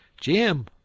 JIM